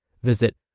Visit